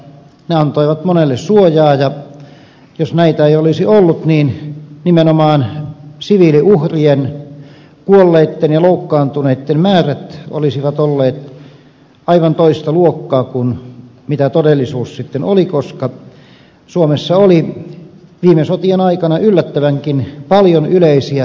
ne antoivat monelle suojaa ja jos näitä ei olisi ollut nimenomaan siviiliuhrien kuolleitten ja loukkaantuneitten määrät olisivat olleet aivan toista luokkaa kuin todellisuus sitten oli koska suomessa oli viime sotien aikana yllättävänkin paljon yleisiä väestönsuojia